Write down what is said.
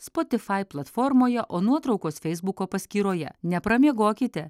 spotifai platformoje o nuotraukos feisbuko paskyroje nepramiegokite